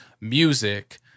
music